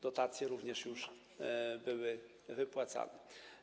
Dotacje również już były wypłacane.